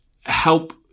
help